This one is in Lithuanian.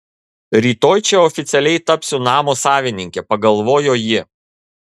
rytoj čia oficialiai tapsiu namo savininke pagalvojo ji